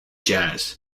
jazz